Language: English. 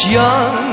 young